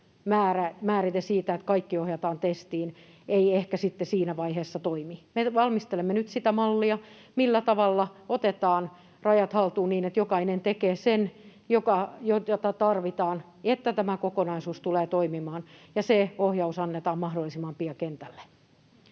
määrite siitä, että kaikki ohjataan testiin, ei ehkä sitten siinä vaiheessa toimi. Me valmistelemme nyt sitä mallia, millä tavalla otetaan rajat haltuun, niin että jokainen tekee sen, mitä tarvitaan, jotta tämä kokonaisuus tulee toimimaan, ja se ohjaus annetaan mahdollisimman pian kentälle.